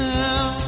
now